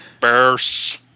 Bears